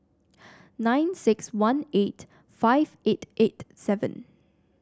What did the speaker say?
nine six one eight five eight eight seven